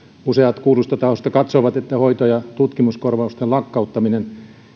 useat kuulluista tahoista katsoivat että hoito ja tutkimuskorvausten lakkauttaminen